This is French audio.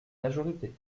majorité